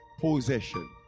possession